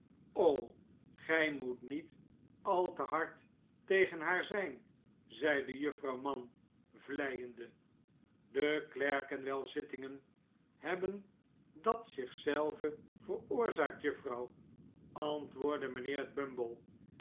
j moet niet al te hard tegen haar zijn zeide juffrouw mann vleiende de clerkinwell zittingen hebben dat zich zelven veroorzaakt juffrouw antwoordde mijnheer